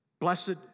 Blessed